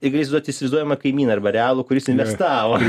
ir gali įsivaizduot įsivaizduojamą kaimyną arba realų kuris investavo